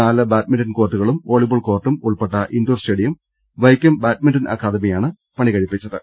നാല് ബാഡ്മിന്റൺ കോർട്ടു കളും വോളിബോൾ കോർട്ടും ഉൾപ്പെട്ട ഇൻഡോർ സ്റ്റേഡിയം വൈക്കം ബാഡ്മിന്റൺ അക്കാദമിയാണ് പണി കഴിപ്പിച്ചത്